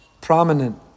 prominent